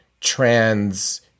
trans